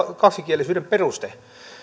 kaksikielisyyden peruste